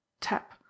tap